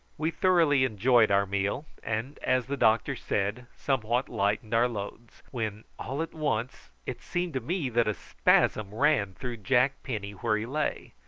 we thoroughly enjoyed our meal, and, as the doctor said, somewhat lightened our loads, when all at once it seemed to me that a spasm ran through jack penny where he lay.